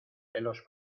celos